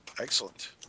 Excellent